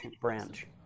branch